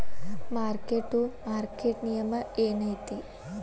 mark to market ನಿಯಮ ಏನೈತಿ